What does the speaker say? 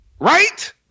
Right